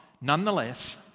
nonetheless